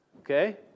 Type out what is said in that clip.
Okay